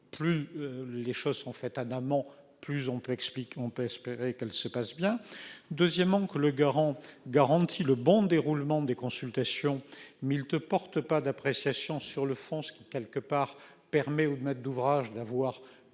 plus les choses sont faites un non plus, on peut expliquer, on peut espérer qu'elle se passe bien, deuxièmement, que le garant garantit le bon déroulement des consultations mais il te porte pas d'appréciation sur le fond, ce qui, quelque part, permet au maître d'ouvrage, d'avoir